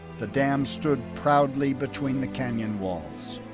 the dam stood proudly between the canyon walls.